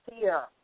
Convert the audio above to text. fear